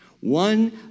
One